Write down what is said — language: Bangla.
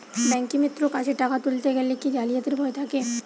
ব্যাঙ্কিমিত্র কাছে টাকা তুলতে গেলে কি জালিয়াতির ভয় থাকে?